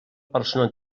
persona